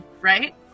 right